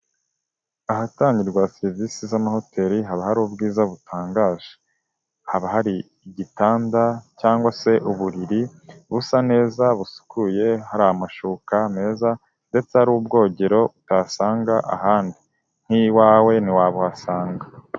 Ahatangirwa serivisi z'amahoteli haba hari ubwiza butangaje, haba hari igitanda cyangwa se uburiri busa neza, busukuye, hari amashuka meza ndetse hari ubwogero utasanga ahandi, nk'iwawe ntiwabuhasanga.